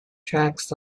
tracks